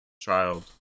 child